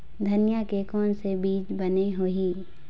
धनिया के कोन से बीज बने होही?